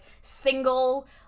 single